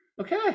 Okay